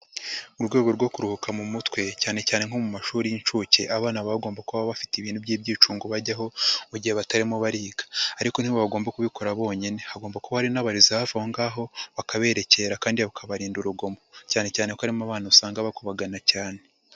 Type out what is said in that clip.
Mu rwego rwo kuruhuka mu mutwe, cyane cyane nko mu mashuri y'inshuke abana bagomba kuba bafite ibintu by'ibyicungo bajyaho, mu gihe batarimo bariga ariko ntibagomba kubikora bonyine, hagomba kuba hari n'abarezi hafi aho ngaho, bakabererekera kandi bakabarinda urugomo, cyane cyane ko harimo abana usanga bakubagana cyane.